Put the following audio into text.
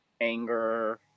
anger